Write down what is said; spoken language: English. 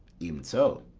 e'en so.